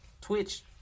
Twitch